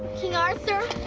king arthur,